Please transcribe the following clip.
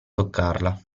toccarla